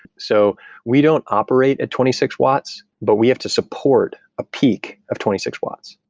so we don't operate at twenty six watts, but we have to support a peak of twenty six watts.